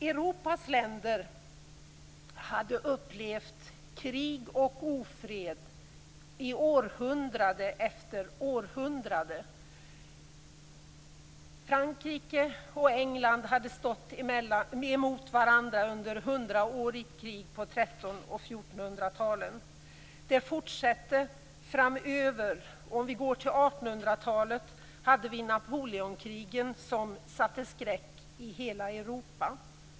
Europas länder hade upplevt krig och ofred i århundrade efter århundrade. Frankrike och England hade stått emot varandra under ett hundraårigt krig på 1300 och 1400-talen. På 1800-talet satte Napoleon skräck i hela Europa.